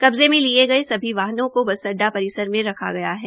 कब्जे में लिये गये सभी वाहनों का बस अड्डा परिसर में रखा गया है